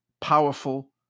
powerful